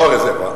לא הרזרבה.